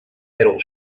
metal